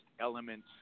elements